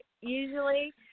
Usually